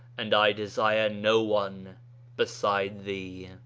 and i desire no one beside thee.